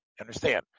Understand